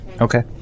Okay